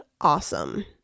awesome